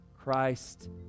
christ